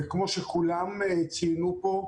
וכמו שכולם ציינו פה,